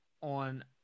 on